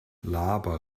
laber